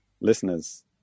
listeners